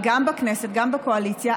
וגם בכנסת וגם בקואליציה,